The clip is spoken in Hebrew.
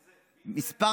מס'